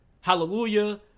hallelujah